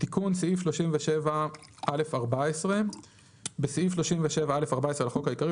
תיקון סעיף 37א1475א.בסעיף 37א14 לחוק העיקרי,